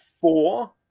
four